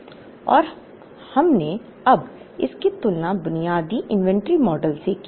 अब और हमने इसकी तुलना बुनियादी इन्वेंट्री मॉडल से की